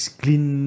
clean